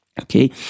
Okay